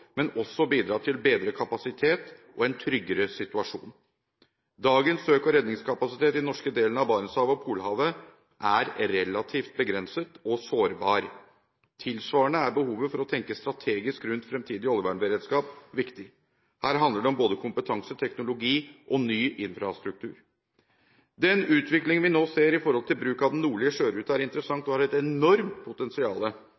men også bidra til bedre kapasitet og en tryggere situasjon. Dagens søk- og redningskapasitet i den norske delen av Barentshavet og Polhavet er relativt begrenset og sårbar. Tilvarende er behovet for å tenke strategisk rundt framtidig oljevernberedskap viktig. Her handler det om både kompetanse, teknologi og ny infrastruktur. Den utvikling vi nå ser ved bruk av den nordlige sjørute, er